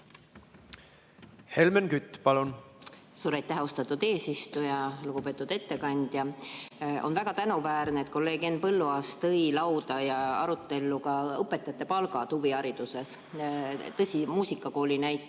Helmen Kütt, palun! Suur aitäh, austatud eesistuja! Lugupeetud ettekandja! On väga tänuväärne, et kolleeg Henn Põlluaas tõi lauda ja arutellu ka õpetajate palgad huvihariduses, tõsi, muusikakooli näitel.